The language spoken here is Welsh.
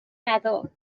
meddwl